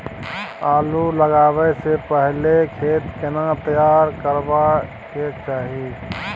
आलू लगाबै स पहिले खेत केना तैयार करबा के चाहय?